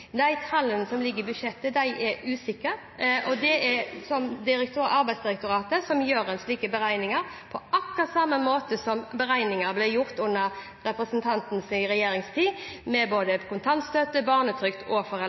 De tallene som ligger i budsjettet, er usikre, og det er Arbeidsdirektoratet som gjør slike beregninger – på akkurat samme måte som beregninger som ble gjort under representantens partis regjeringstid – med hensyn til både kontantstøtte, barnetrygd og